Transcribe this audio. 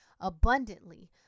Abundantly